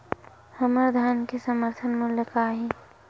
हमर धान के समर्थन मूल्य का हे?